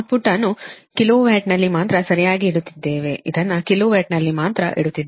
ಔಟ್ಪುಟ್ಅನ್ನು kilo ವ್ಯಾಟ್ನಲ್ಲಿ ಮಾತ್ರ ಸರಿಯಾಗಿ ಇಡುತ್ತಿದ್ದೇವೆ ಇದನ್ನು ಕಿಲೋ ವ್ಯಾಟ್ನಲ್ಲಿ ಮಾತ್ರ ಇಡುತ್ತಿದ್ದೇವೆ